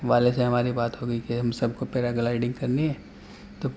والے سے ہماری بات ہو گئی پھر ہم سب کو پیرا گلائڈنگ کرنی ہے تو